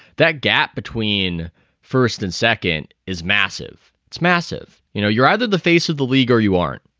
that gap between first and second is massive. it's massive. you know, you're either the face of the league or you aren't.